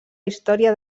història